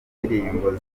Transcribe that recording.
indirimbo